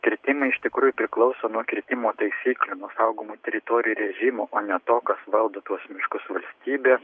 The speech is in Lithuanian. kirtimai iš tikrųjų priklauso nuo kirtimo taisyklių nuo saugomų teritorijų režimo o ne to kas valdo tuos miškus valstybė